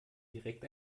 direkt